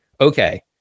Okay